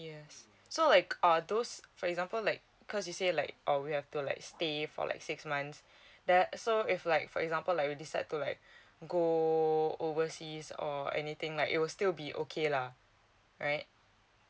years so like are those for example like because you say like uh we have to like stay for like six months that so if like for example like we decide to like go overseas or anything like it will still be okay lah